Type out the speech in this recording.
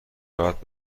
راحت